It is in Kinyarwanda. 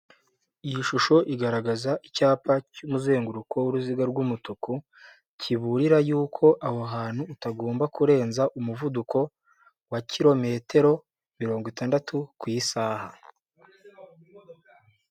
Iyi shusho igaragaza icyapa cy'umuzenguruko w'uruziga rw'umutuku, kiburira y'uko aho hantu utagomba kurenza umuvuduko wa kirometero mirongo itandatu ku isaha.